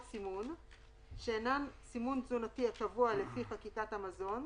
סימון שאינן סימון תזונתי הקבוע לפי חקיקת המזון,